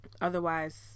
otherwise